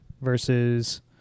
versus